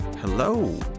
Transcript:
Hello